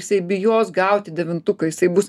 jisai bijos gauti devintuką jisai bus